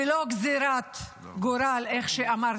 ולא גזרת גורל, כמו שאמרת.